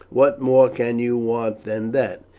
what more can you want than that?